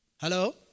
Hello